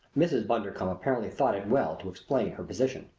mrs. bundercombe apparently thought it well to explain her position.